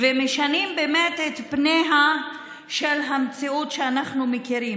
המשנים את פניה של המציאות שאנחנו מכירים.